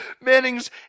Manning's